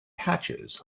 patches